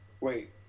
wait